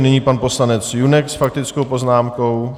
Nyní pan poslanec Junek s faktickou poznámkou.